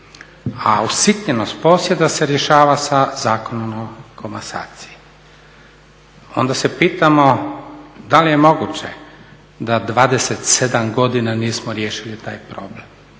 a usitnjenost posjeda se rješava sa Zakonom o komasaciji. Onda se pitamo da li je moguće da 27 godina nismo riješili taj problem.